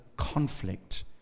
conflict